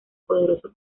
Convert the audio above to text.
poderoso